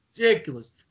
ridiculous